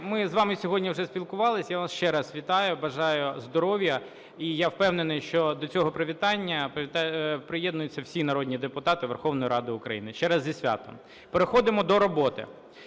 ми з вами сьогодні вже спілкувались. Я вас ще раз вітаю, бажаю здоров'я. І я впевнений, що до цього привітання приєднуються всі народні депутати Верховної Ради України. Ще раз зі святом. Переходимо до роботи.